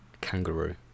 Kangaroo